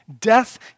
Death